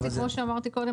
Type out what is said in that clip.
כמו שאמרתי קודם,